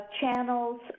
channels